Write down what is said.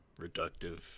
reductive